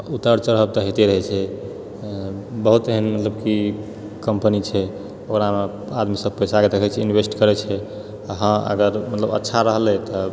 उतार चढ़ाब तऽ होइते रहै छै बहुत एहन मतलब कि कम्पनी छै ओकरामे आदमी सभ पैसाके देखै छियै इन्वेस्ट करै छै हाँ अगर मतलब अच्छा रहलै तऽ